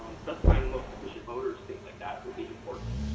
um specifying the most efficient motors, things like that will be important.